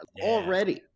already